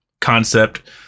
concept